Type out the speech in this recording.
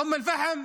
אום אל-פחם,